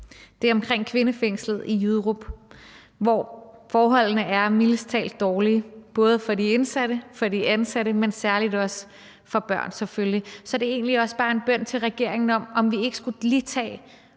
er omkring kvindefængslet i Jyderup, hvor forholdene er mildest talt dårlige, både for de indsatte, for de ansatte, men selvfølgelig særlig også for børn. Så det er egentlig også bare en bøn til regeringen om, om vi ikke lige skulle tage